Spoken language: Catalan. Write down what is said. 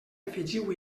afegiu